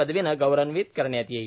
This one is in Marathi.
पदवीने गौरवान्वित करण्यात येईल